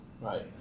Right